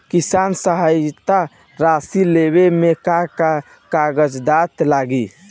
किसान सहायता राशि लेवे में का का कागजात लागी?